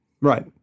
Right